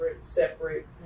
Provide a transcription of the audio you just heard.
separate